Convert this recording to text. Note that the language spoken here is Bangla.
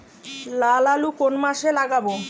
লাল আলু কোন মাসে লাগাব?